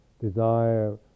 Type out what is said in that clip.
desire